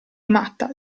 matta